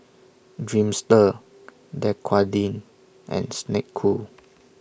Dreamster Dequadin and Snek Ku